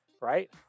right